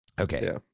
Okay